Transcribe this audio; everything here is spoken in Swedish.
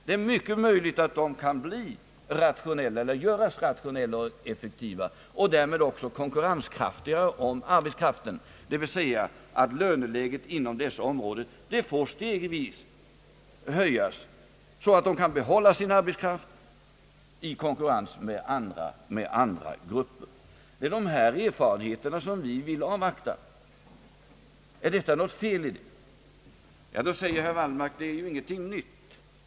Det är mycket möjligt att de kan göras rationella och effektiva och därmed också konkurrenskraftiga om arbetskraften, det vill säga att löneläget inom dessa områden får stegvis höjas så att dessa industrier får behålla sin arbetskraft i konkurrens med andra grupper. Det är dessa erfarenheter vi vill avvakta. Är detta något fel? Herr Wallmark säger att detta inte är något nytt.